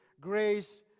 Grace